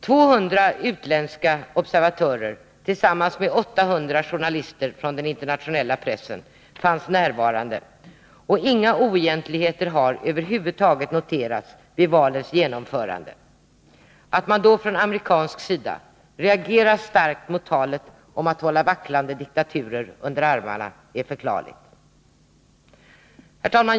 200 utländska observatörer tillsammans med 800 journalister från den internationella pressen fanns närvarande, och inga oegentligheter har över huvud taget noterats vid valens genomförande. Att man då från amerikansk sida reagerar starkt mot talet om att hålla vacklande diktaturer under armarna är förklarligt. Herr talman!